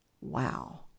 Wow